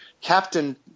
Captain